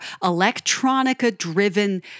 electronica-driven